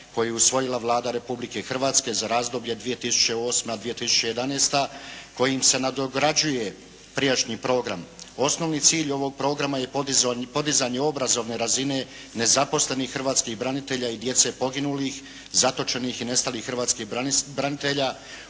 koji je usvojila Vlada Republike Hrvatske za razdoblje 2008./2011. kojim se nadograđuje prijašnji program. Osnovni cilj ovog programa je podizanje obrazovne razine nezaposlenih hrvatskih branitelja i djece poginulih, zatočenih i nestalih hrvatskih branitelja,